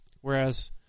Whereas